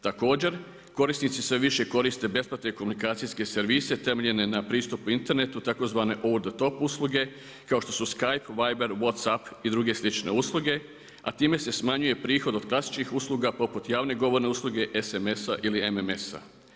Također korisnici sve više koriste besplatne komunikacijske servise temeljene na pristupu internetu tzv. … tom usluge kao što su Skype, Viber, WhatsApp i druge slične usluge, a time se smanjuje prihod od klasičnih usluga poput javne govorne usluge, SMS-a ili MMS-a.